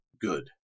good